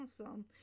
awesome